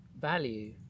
value